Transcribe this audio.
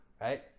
Right